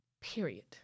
period